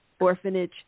Orphanage